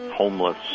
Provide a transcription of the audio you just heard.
homeless